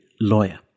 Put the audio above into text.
lawyer